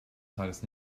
tages